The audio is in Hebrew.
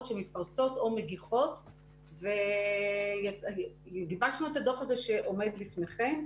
שמתפרצות או מגיחות וגיבשנו את הדוח הזה שעומד בפניכם.